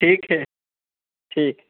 ठीक है ठीक